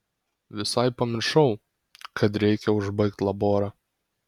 visai pamiršau kad reikia užbaigt laborą